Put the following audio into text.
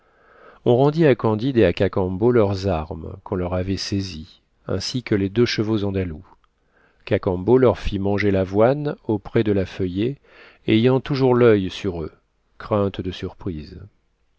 on rendit à candide et à cacambo leurs armes qu'on leur avait saisies ainsi que les deux chevaux andalous cacambo leur fit manger l'avoine auprès de la feuillée ayant toujours l'oeil sur eux crainte de surprise